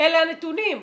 אלה הנתונים.